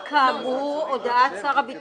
אני מבין מהנוסח היטב,